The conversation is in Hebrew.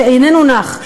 שאיננו נח,